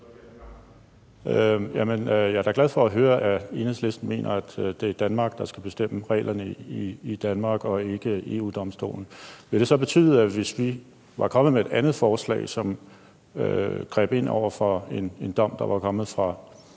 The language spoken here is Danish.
Jeg er da glad for at høre, at Enhedslisten mener, at det er Danmark, der skal bestemme reglerne i Danmark, og ikke EU-Domstolen. Ville det så betyde, at hvis vi var kommet med et andet forslag, som greb ind over for en dom, der var kommet fra